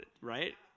right